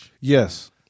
Yes